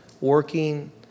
working